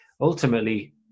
ultimately